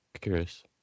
curious